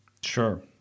Sure